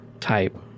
type